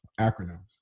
acronyms